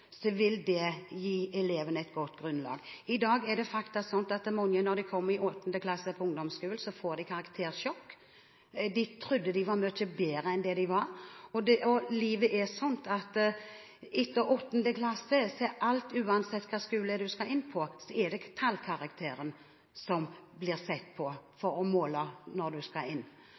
vil det gi elevene et godt grunnlag. I dag er det slik at mange, når de kommer i åttende klasse på ungdomsskolen, får karaktersjokk. De tror ofte de er mye bedre enn de er. Livet er slik at etter åttende klasse er det tallkarakteren som blir sett på, uansett hvilken skole man skal inn på. For Fremskrittspartiet er det